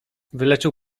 wyleczył